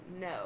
No